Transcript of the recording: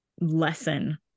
lesson